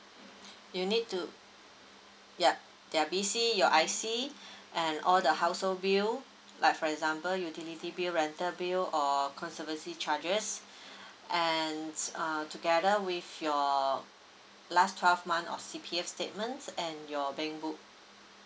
you need to yup your I_C and all the household bill like for example utility bill rental bill or conservancy charges and uh together with your last twelve months of C_P_F statements and your bank book